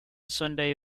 sunday